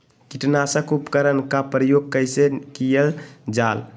किटनाशक उपकरन का प्रयोग कइसे कियल जाल?